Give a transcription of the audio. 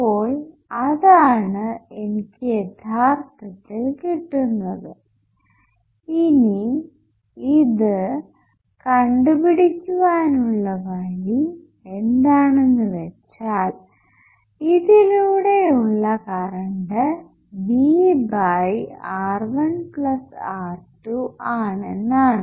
അപ്പോൾ അതാണ് എനിക്ക് യഥാർത്ഥത്തിൽ കിട്ടുന്നത് ഇനി ഇത് കണ്ടുപിടിക്കുവാനുള്ള വഴി എന്താണെന്ന് വെച്ചാൽ ഇതിലൂടെ ഉള്ള കറണ്ട് VR1R2ആണെന്നാണ്